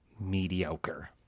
mediocre